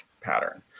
pattern